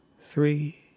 three